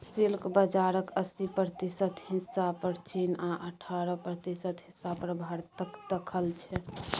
silk बजारक अस्सी प्रतिशत हिस्सा पर चीन आ अठारह प्रतिशत हिस्सा पर भारतक दखल छै